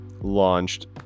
launched